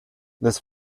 this